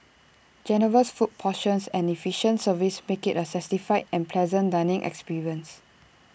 generous food portions and efficient service make IT A satisfied and pleasant dining experience